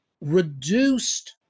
reduced